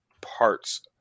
parts